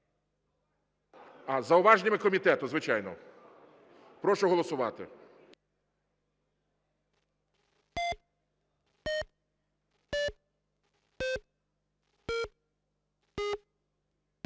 зауваження комітету, звичайно. Прошу голосувати.